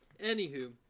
Anywho